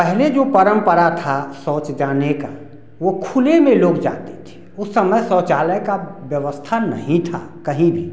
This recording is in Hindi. पहले जो परम्परा था शौच जाने का वो खुले में लोग जाते थे उस समय शौचालय का व्यवस्था नहीं था कहीं भी